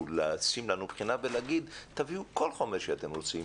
לשים לנו בחינה ולהגיד: תביאו כל חומר שאתם רוצים,